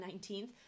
19th